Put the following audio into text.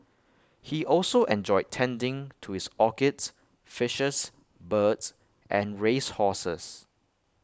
he also enjoyed tending to his orchids fishes birds and race horses